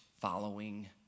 following